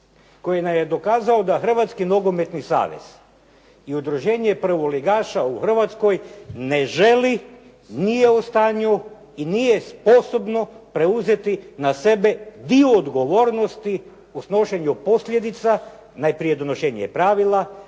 nam je dokazao da Hrvatski nogometni savez i Udruženje prvoligaša u Hrvatskoj ne želi, nije u stanju i nije sposobno preuzeti na sebe dio odgovornosti u snošenju posljedica, najprije donošenje pravila,